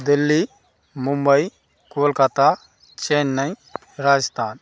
Delhi Mumbai Calcutta Chennai Rajasthan